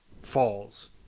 falls